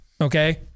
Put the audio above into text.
okay